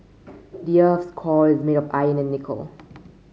the earth's core is made of iron and nickel